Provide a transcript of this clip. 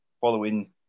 following